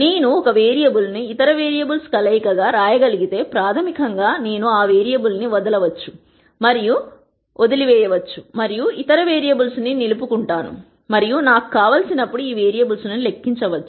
నేను ఒక వేరియబుల్ను ఇతర వేరియబుల్స్ కలయికగా వ్రాయగలిగితే ప్రాథమికంగా నేను ఆ వేరియబుల్ను వదలవచ్చు మరియు ఇతర వేరియబుల్స్ను నిలుపుకుంటాను మరియు నాకు కావలసినప్పుడు ఈ వేరియబుల్ను లెక్కించవచ్చు